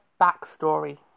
backstory